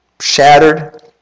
shattered